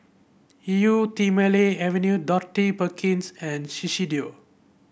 Eau Thermale Avene Dorothy Perkins and Shiseido